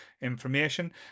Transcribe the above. information